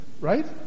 Right